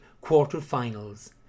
quarter-finals